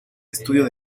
estudio